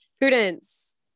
Prudence